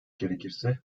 gerekirse